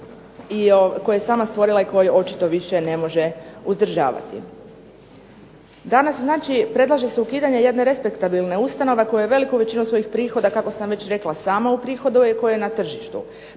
koji je sama stvorila i koji očito više ne može uzdržavati. Danas znači predlaže se ukidanje jedne respektabilne ustanove koja veliku većinu svojih prihoda kako sam već rekla samo uprihoduje i koje je na tržištu